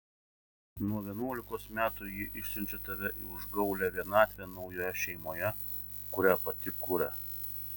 nuo vienuolikos metų ji išsiunčia tave į užgaulią vienatvę naujoje šeimoje kurią pati kuria